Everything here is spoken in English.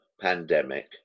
pandemic